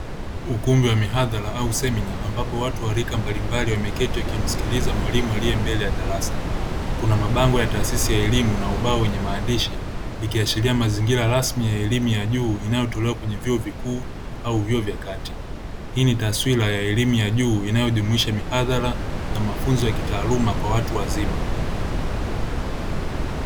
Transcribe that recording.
Ukumbi wa mihadhara au semina ambapo watu wa rika mbalimbali wameketi wakimsikiliza mwalimu aliye mbele ya darasa. Kuna mabango ya taasisi ya elimu na ubao wenye maandishi ikiashiria mazingira rasmi ya elimu ya juu inayotolewa kwenye vyuo vikuu au vyuo vya kati. Hii ni taswira ya elimu ya juu inayojumuisha mihadhara na mafunzo ya kitaaluma kwa watu wazima.